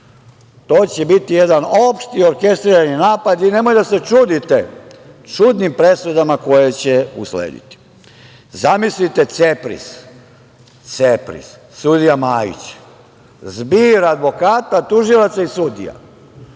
To će biti jedan opšti orkestrirani napad i nemoj da se čudite čudnim presudama koje će uslediti. Zamislite CEPRIS, sudija Majić, zbir advokata, tužilaca i sudija,